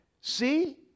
see